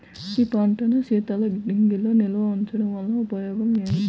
మిర్చి పంటను శీతల గిడ్డంగిలో నిల్వ ఉంచటం వలన ఉపయోగం ఏమిటి?